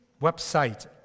website